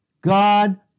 God